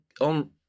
on